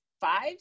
five